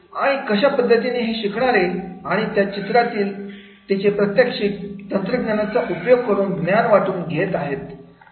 आणि कशा पद्धतीने हे शिकणारे आणि आणि त्या चित्रातील तिचे प्रशिक्षक तंत्रज्ञानाचा उपयोग करून ज्ञान वाटून घेत आहे